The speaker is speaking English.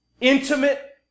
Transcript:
intimate